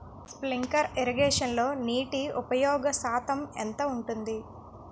Sprinkler ఇరగేషన్లో నీటి ఉపయోగ శాతం ఎంత ఉంటుంది?